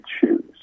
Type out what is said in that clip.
choose